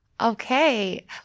Okay